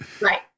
Right